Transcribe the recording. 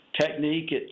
technique